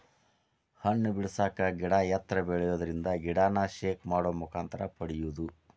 ಹಣ್ಣ ಬಿಡಸಾಕ ಗಿಡಾ ಎತ್ತರ ಬೆಳಿಯುದರಿಂದ ಗಿಡಾನ ಶೇಕ್ ಮಾಡು ಮುಖಾಂತರ ಪಡಿಯುದು